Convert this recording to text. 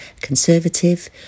Conservative